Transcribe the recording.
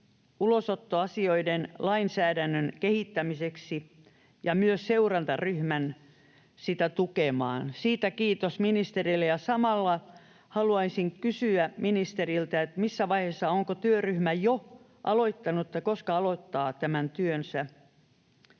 ulosottoasioiden lainsäädännön kehittämiseksi ja myös seurantaryhmän sitä tukemaan. Siitä kiitos ministerille. Ja samalla haluaisin kysyä ministeriltä, onko työryhmä jo aloittanut tai missä